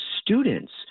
students